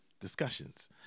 discussions